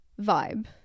vibe